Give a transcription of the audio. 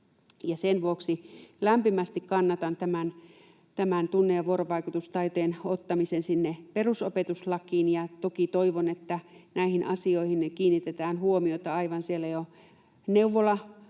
Sen vuoksi lämpimästi kannatan tunne‑ ja vuorovaikutustaitojen ottamista perusopetuslakiin, ja toki toivon, että näihin asioihin kiinnitetään huomiota jo aivan siellä neuvola-aikana